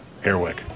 Airwick